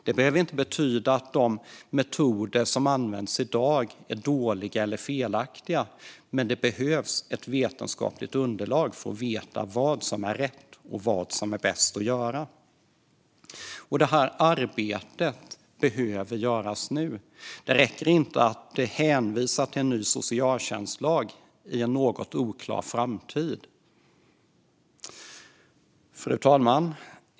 Det behöver inte betyda att de metoder som används i dag är dåliga eller felaktiga, men det behövs ett vetenskapligt underlag för att veta vad som är rätt och vad som är bäst att göra. Detta arbete behöver göras nu. Det räcker inte att hänvisa till en ny socialtjänstlag i en något oklar framtid. Fru talman!